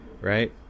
right